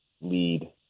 lead